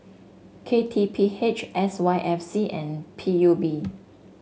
K T P H S Y F C and P U B